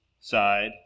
side